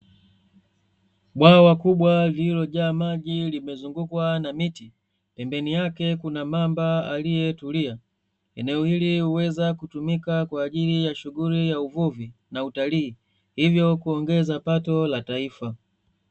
Bwawa kubwa lililojaa maji limezungukwa na miti, pembeni yake kuna mamba aliyetulia, eneo hili huweza kutumika kwa ajili ya shughuli ya uvuvi na utalii hivyo kuongeza pato la taifa.